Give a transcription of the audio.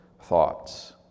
thoughts